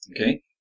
Okay